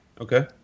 Okay